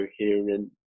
coherent